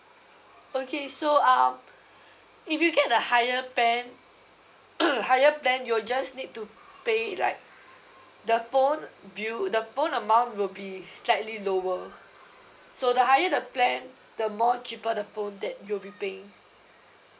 okay so uh if you get the higher plan higher plan you'll just need to pay it like the phone bill the phone amount will be slightly lower so the higher the plan the more cheaper the phone that you'll be paying